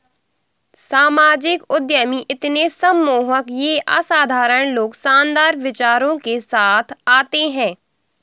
सामाजिक उद्यमी इतने सम्मोहक ये असाधारण लोग शानदार विचारों के साथ आते है